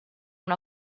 una